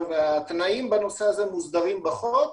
התנאים בנושא הזה מוסדרים בחוק,